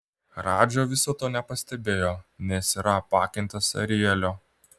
radža viso to nepastebėjo nes yra apakintas arielio